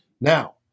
Now